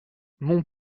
mon